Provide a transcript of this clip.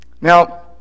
Now